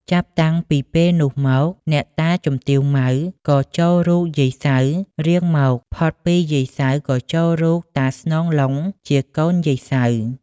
ចាប់តាំងពីពេលនោះមក អ្នកតាជំទាវ ម៉ៅ ក៏ចូលរូបយាយ សៅរ៍រៀងមក ផុតពីយាយ សៅរ៍ ក៏ចូលរូបតា ស្នង ឡុង ជាកូនយាយ សៅរ៍ ។